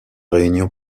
réunion